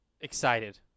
Excited